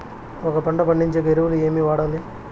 ఒక పంట పండించేకి ఎరువులు ఏవి వాడాలి?